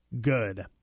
good